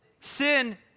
Sin